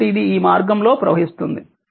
కాబట్టి ఇది ఈ మార్గంలో ప్రవహిస్తుంది